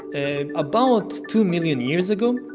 and about two million years ago.